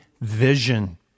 vision